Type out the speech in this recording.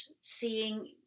seeing